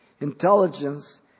Intelligence